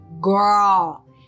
girl